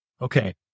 Okay